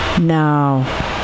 now